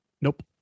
Nope